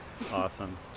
Awesome